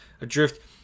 adrift